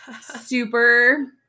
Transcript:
super